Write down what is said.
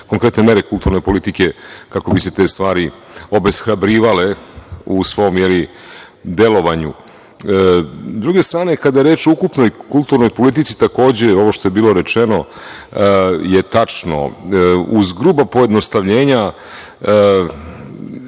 konkretne mere kulturne politike, kako bi se te stvari obeshrabrivale u svom delovanju. Sa druge strane, kada je reč o ukupnoj kulturnoj politici, takođe, ovo što je bilo rečeno je tačno. Uz gruba pojednostavljenja,